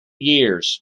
years